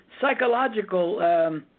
psychological